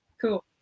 Cool